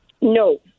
No